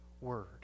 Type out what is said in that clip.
word